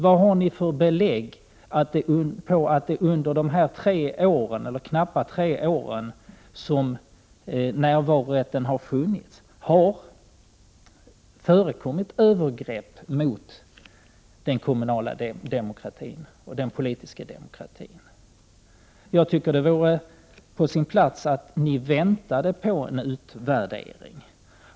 Vad har ni för belägg för att det under de knappt tre år som närvarorätten har funnits har förekommit övergrepp mot den kommunala demokratin och den politiska demokratin? Jag tycker att det vore på sin plats att ni avvaktade en utvärdering.